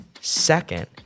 Second